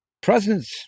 presence